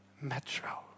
Metro